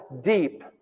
deep